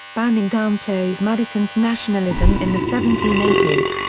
banning downplays madison's nationalism in the seventeen eighty s.